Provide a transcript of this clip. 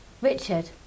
Richard